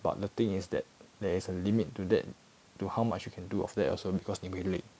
but the thing is that there is a limit to that to how much you can do of that also because 你会累